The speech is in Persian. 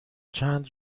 چند